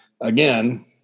again